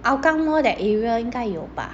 hougang mall that area 应该有吧